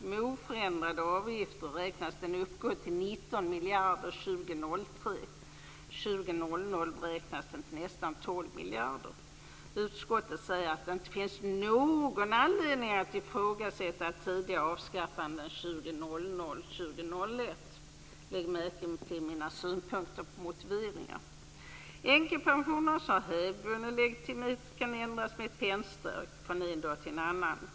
Med oförändrade avgifter beräknas den år 2003 uppgå till 19 miljarder kronor. År 2000 beräknas den till nästan 12 miljarder kronor. Utskottet säger att det inte finns någon anledning att ifrågasätta ett avskaffande tidigare än 2000/01. Lägg märke till mina synpunkter på motiveringarna! Änkepensionen, som har en hävdvunnen legitimitet, kan med ett pennstreck ändras från ena dagen till den andra.